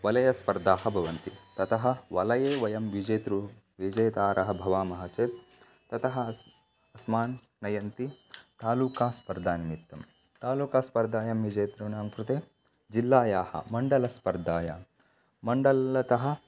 वलयस्पर्धाः भवन्ति ततः वलये वयं विजेतृ विजेतारः भवामः चेत् ततः अस् अस्मान् नयन्ति तालूकास्पर्धा निमित्तं तालूका स्पर्धायां विजेतॄणां कृते जिल्लायाः मण्डलस्पर्धायां मण्डलतः